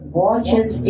watches